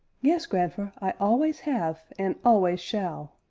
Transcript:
yes, grandfer, i always have and always shall!